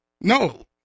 No